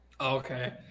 Okay